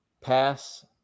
Pass